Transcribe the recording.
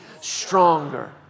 stronger